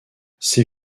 ses